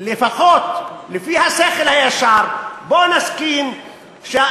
לפחות לפי השכל הישר בואו נסכים על